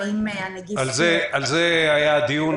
על זה היה הדיון.